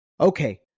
Okay